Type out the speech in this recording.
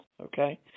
Okay